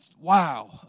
wow